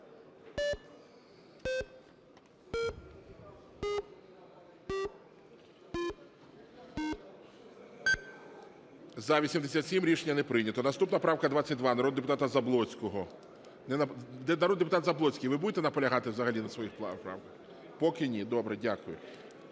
За-87 Рішення не прийнято. Наступна правка 22 народного депутата Заблоцького. Народний депутат Заблоцький, ви будете наполягати взагалі на своїх правках? Поки ні. Дякую.